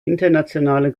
internationale